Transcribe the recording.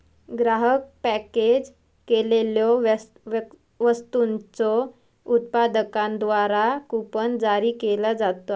ग्राहक पॅकेज केलेल्यो वस्तूंच्यो उत्पादकांद्वारा कूपन जारी केला जाता